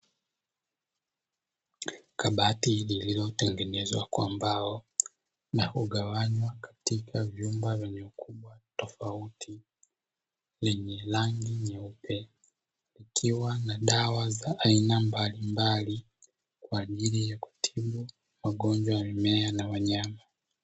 Kabati lililotengenezwa kwa mbao nakugawanywa katika vyumba vyenye ukubwa tofauti, lenye rangi nyeupe likiwa na dawa za aina mbalimbali kwa ajili ya kutibu magonjwa ya mimea na wanyama.